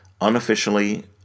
unofficially